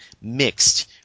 mixed